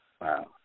Wow